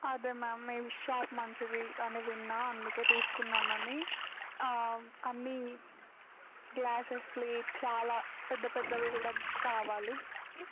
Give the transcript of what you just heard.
అదే మ్యామ్ మీ వి షాప్ మంచిది అని విన్నా అందుకే తీసుకుందమని అన్నీ గ్లాసెస్ ప్లేట్ చాలా పెద్ద పెద్దవి కూడా కావాలి